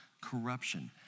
corruption